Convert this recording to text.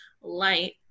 light